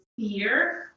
fear